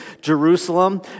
Jerusalem